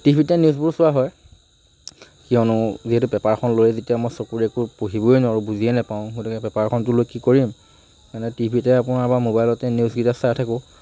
টিভিতে নিউজবোৰ চোৱা হয় কিয়নো যিহেতু পেপাৰখন লৈ যেতিয়া মই চকুৰে একো পঢ়িবই নোৱাৰোঁ বুজিয়েই নাপাওঁ গতিকে পেপাৰখনতো লৈ কি কৰিম মানে টিভিতে আপোনাৰ বা মবাইলতে নিউজ কেইটা চাই থাকোঁ